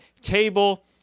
table